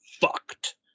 fucked